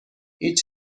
هیچ